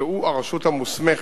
שהוא הרשות המוסמכת,